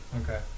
Okay